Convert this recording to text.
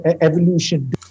evolution